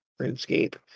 RuneScape